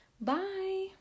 bye